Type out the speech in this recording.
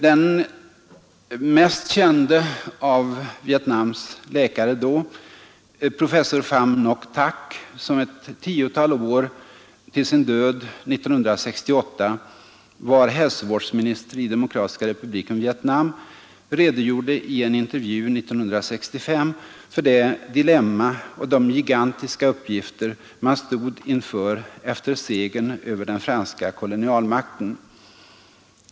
Den mest kände av Vietnams läkare då, professor Pham Ngoc Thach, som ett tiotal år, till sin död 1968, var hälsovårdsminister i Demokratiska republiken Vietnam, redogjorde i en intervju 1965 för det dilemma och de gigantiska uppgifter man stod inför efter segern över den franska kolonialmakten.